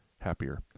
happier